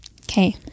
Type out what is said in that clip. Okay